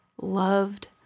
Loved